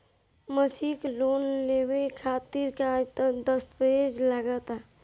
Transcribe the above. मसीक लोन लेवे खातिर का का दास्तावेज लग ता?